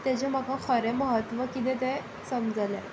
ताचें म्हाका खरें महत्व कितें तें समजलें